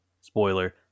Spoiler